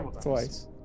Twice